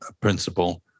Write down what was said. principle